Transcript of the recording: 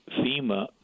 FEMA